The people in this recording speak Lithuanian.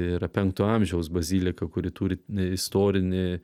yra penkto amžiaus bazilika kuri turi istorinį